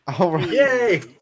Yay